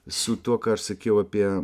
visu tuo ką aš sakiau apie